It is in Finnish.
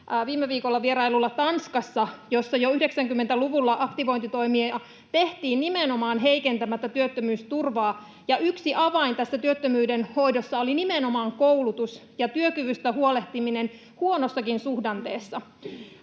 viime viikolla vierailulla Tanskassa, jossa jo 90-luvulla aktivointitoimia tehtiin nimenomaan heikentämättä työttömyysturvaa, ja yksi avain tässä työttömyydenhoidossa oli nimenomaan koulutus ja työkyvystä huolehtiminen, huonossakin suhdanteessa.